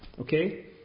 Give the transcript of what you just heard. Okay